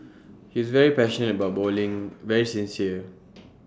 his very passionate about bowling very sincere